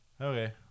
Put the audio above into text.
Okay